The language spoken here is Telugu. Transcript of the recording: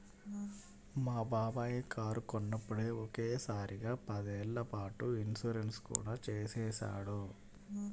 మా బాబాయి కారు కొన్నప్పుడే ఒకే సారిగా పదేళ్ళ పాటు ఇన్సూరెన్సు కూడా చేసేశాడు